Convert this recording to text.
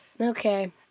Okay